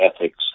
ethics